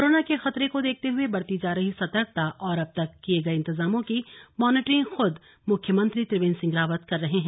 corona के खतरे को देखते हुए बरती जा रही सतर्कता और अब तक किए गए इंतजामों की मॉनीटरिंग खुद मुख्यमंत्री त्रिवेंद्र सिंह रावत कर रहे हैं